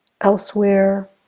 elsewhere